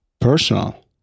personal